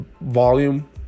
volume